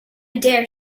dare